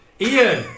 Ian